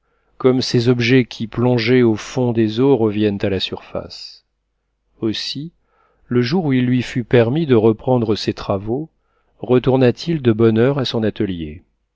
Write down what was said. comme ces objets qui plongés au fond des eaux reviennent à la surface aussi le jour où il lui fut permis de reprendre ses travaux retourna t il de bonne heure à son atelier